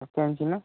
नक्की आणशील नं